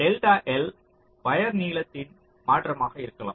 delta L wire நீளத்தின் மாற்றமாக இருக்கலாம்